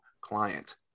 client